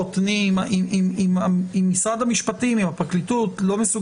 תזכורת למקבלי ההחלטות שהיקף הגילוי לא חייב